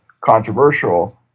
controversial